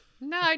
No